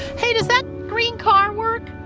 hey, does that green car work?